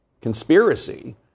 conspiracy